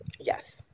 Yes